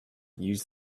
use